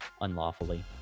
unlawfully